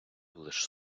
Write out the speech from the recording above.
лиш